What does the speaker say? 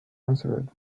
answered